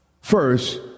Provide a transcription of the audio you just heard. first